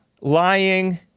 lying